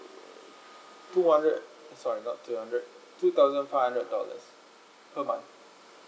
two hundred sorry not two hundred two thousnad five hundred dollars per month